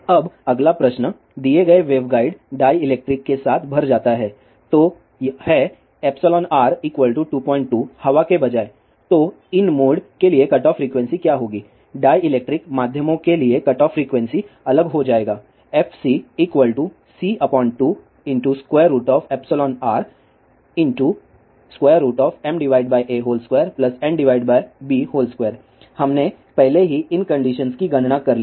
अब अगला प्रश्न दिए गए वेवगाइड डाईइलेक्ट्रिक के साथ भर जाता है तो है r22 हवा के बजाय तो इन मोड के लिए कटऑफ फ्रीक्वेंसी क्या होगी डाईइलेक्ट्रिक माध्यमों के लिए कटऑफ फ्रीक्वेंसी अलग हो जाएगा fcc2rma2nb2 हमने पहले ही इन कंडीशन की गणना कर ली है